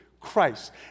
Christ